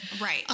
Right